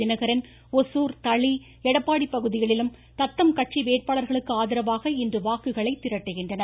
தினகரன் ஒசூர் தளி எடப்பாடி பகுதிகளிலும் தத்தம் கட்சி வேட்பாளர்களுக்கு ஆதரவாக இன்று வாக்குகளை திரட்டுகின்றனர்